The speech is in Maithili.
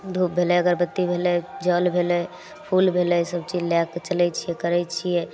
धूप भेलय अगरबत्ती भेलय जल भेलय फूल भेलय सबचीज लए के चलय छियै करय छियै